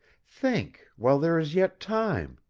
think, while there is yet time.